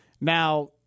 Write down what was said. Now